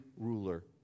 ruler